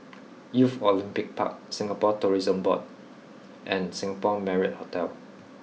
Youth Olympic Park Singapore Tourism Board and Singapore Marriott Hotel